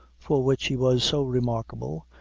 for which he was so remarkable,